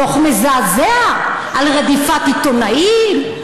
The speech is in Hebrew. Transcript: דוח מזעזע על רדיפת עיתונאים,